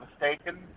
mistaken